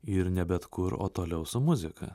ir ne bet kur o toliau su muzika